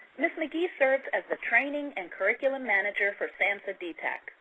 ms. mcgee serves as the training and curriculum manager for samhsa dtac.